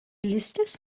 istess